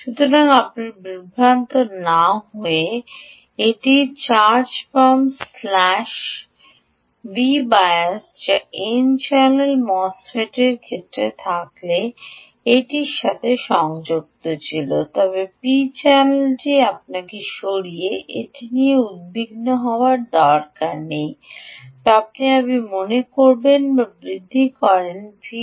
সুতরাং আপনি বিভ্রান্ত না হয়ে এটি হয় চার্জ পাম্প স্ল্যাশ Vbias যা এন চ্যানেল মোসফেটের ক্ষেত্রে থাকলে এটির সাথে সংযুক্ত ছিল তবে পি চ্যানেলটিতে আপনাকে সরাসরি এটি নিয়ে উদ্বিগ্ন হওয়ার দরকার নেই যদি আপনি কম করেন বা বৃদ্ধি করেন V